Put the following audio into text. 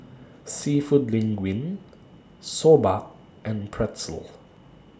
Seafood Linguine Soba and Pretzel